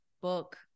book